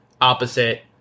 opposite